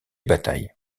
batailles